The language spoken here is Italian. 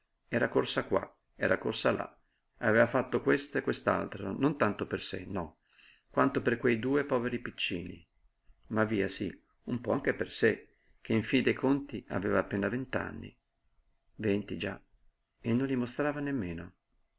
era corsa qua era corsa là aveva fatto questo e quest'altro non tanto per sé no quanto per quei due poveri piccini ma via sí un po anche per sé che in fin dei conti aveva appena vent'anni venti già e non dimostrava nemmeno